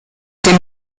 dem